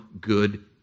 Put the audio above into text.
good